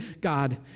God